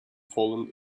fallen